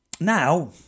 now